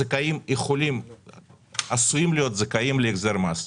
הזכאים עשויים להיות זכאים להחזר מס,